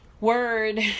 word